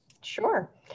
Sure